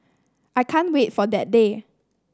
I can't wait for that day